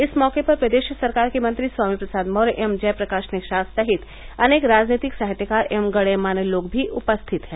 इस मौके पर प्रदेश सरकार के मंत्री स्वामी प्रसाद मौर्य एवं जयप्रकार्श निषाद सहित अनेक राजनितिक साहित्यकार एवं गण्यमान्य लोग भी उपस्थित हैं